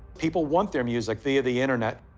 people want their music via the internet.